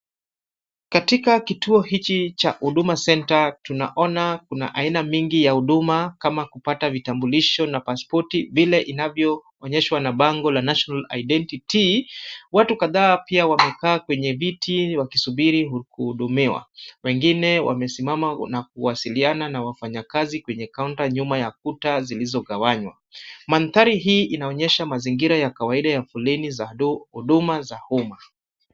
Katika kituo hiki cha Huduma Center, tunaona kuna aina mingi ya huduma kama kupata vitambulisho na pasipoti vile inavyoonyeshwa na bango la National Identity, watu kadhaa pia wamekaa kwenye viti wakisubiri huku hudumiwa. Wengine wamesimama na kuwasiliana na wafanyakazi kwenye kaunta nyuma ya kuta zilizogawanywa. Mandhari hii inaonyesha mazingira ya kawaida ya foleni za huduma za huma,